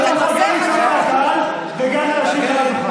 אתה לא יכול גם לצעוק מהצד וגם להשיב מעל הדוכן,